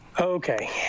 Okay